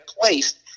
placed